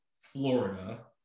Florida